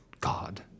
God